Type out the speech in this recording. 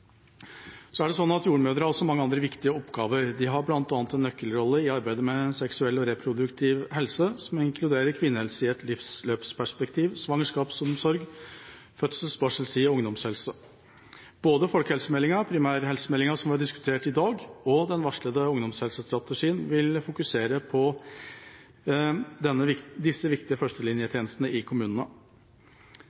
Jordmødre har også mange andre viktige oppgaver. De har bl.a. en nøkkelrolle i arbeidet med seksuell og reproduktiv helse, som inkluderer kvinnehelse i et livsløpsperspektiv, svangerskapsomsorg, fødsel, barseltid og ungdomshelse. Både folkehelsemeldinga, primærhelsemeldinga, som vi har diskutert i dag, og den varslede ungdomshelsestrategien vil fokusere på disse viktige førstelinjetjenestene i kommunene.